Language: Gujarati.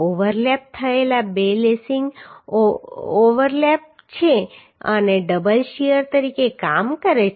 ઓવરલેપ થયેલ બે લેસીંગ ઓવરલેપ થયેલ છે અને ડબલ શીયર તરીકે કામ કરે છે